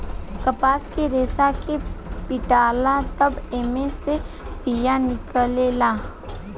कपास के रेसा के पीटाला तब एमे से बिया निकलेला